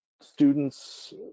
students